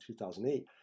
2008